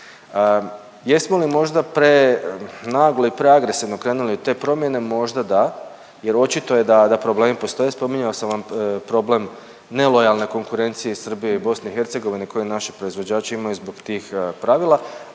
Jesmo li možda prenaglo i preagresivno krenuli u te promjene možda da, jer očito je da problemi postoje. Spominjao sam vam problem nelojalne konkurencije i Srbije i Bosne i Hercegovine koje naši proizvođači imaju zbog tih pravila,